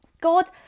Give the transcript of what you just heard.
God